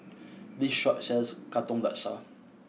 this shop sells Katong Laksa